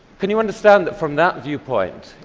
can you understand that from that viewpoint,